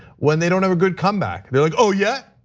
when they don't have a good comeback. they're like, ah yeah,